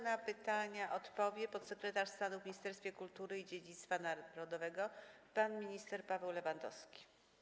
Na pytania odpowie podsekretarz stanu w Ministerstwie Kultury i Dziedzictwa Narodowego pan minister Paweł Lewandowski.